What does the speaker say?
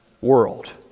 world